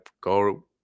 go